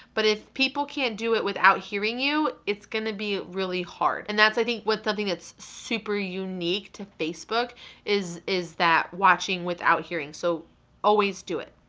but if people can't do it without hearing you, it's gonna be really hard. and that's, i think, with something that's super unique to facebook is is that watching without hearing, so always do it,